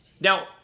Now